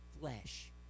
flesh